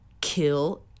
Kill